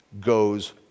goes